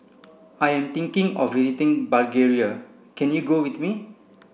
I am thinking of visiting Bulgaria can you go with me